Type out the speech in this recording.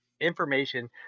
information